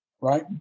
right